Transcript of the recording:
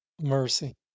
Mercy